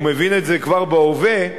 הוא מבין את זה כבר בהווה,